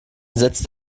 setzt